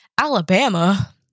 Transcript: Alabama